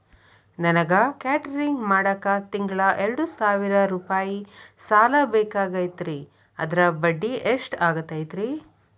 ನನಗ ಕೇಟರಿಂಗ್ ಮಾಡಾಕ್ ತಿಂಗಳಾ ಎರಡು ಸಾವಿರ ರೂಪಾಯಿ ಸಾಲ ಬೇಕಾಗೈತರಿ ಅದರ ಬಡ್ಡಿ ಎಷ್ಟ ಆಗತೈತ್ರಿ?